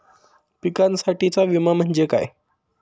पिकांसाठीचा विमा म्हणजे काय?